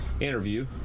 interview